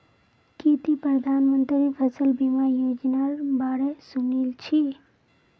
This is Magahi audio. की ती प्रधानमंत्री फसल बीमा योजनार बा र सुनील छि